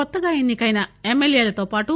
కొత్తగా ఎన్నికైన ఎమ్మెల్యేలతో పాటు